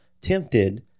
tempted